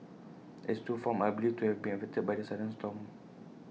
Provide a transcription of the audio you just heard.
as two farms are believed to have been affected by the sudden storm